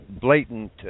blatant